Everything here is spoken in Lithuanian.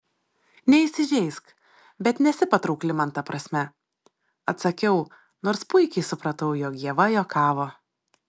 neįsižeisk bet nesi patraukli man ta prasme atsakiau nors puikiai supratau jog ieva juokavo